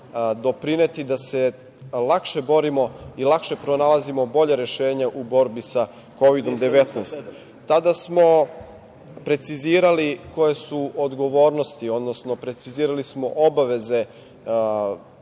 doprineti da se lakše borimo i lakše pronalazimo bolja rešenja u borbi saKovidom-19.Tada smo precizirali koje su odgovornosti, odnosno precizirali smo obaveze